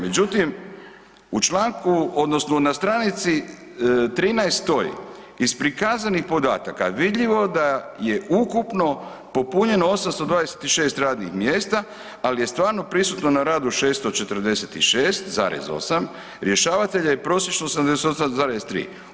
Međutim, u članku odnosno na stranici 13 iz prikazanih podataka vidljivo da je ukupno popunjeno 826 radnih mjesta, ali je stvarno prisutno na radu 646,8 rješavatelja je prosječno 88,3.